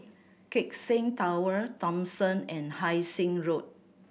Keck Seng Tower Thomson and Hai Sing Road